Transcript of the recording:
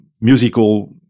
Musical